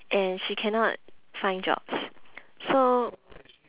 and she cannot find jobs so